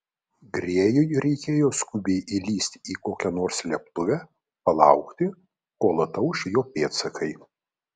grėjui reikėjo skubiai įlįsti į kokią nors slėptuvę palaukti kol atauš jo pėdsakai